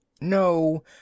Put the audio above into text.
No